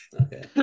okay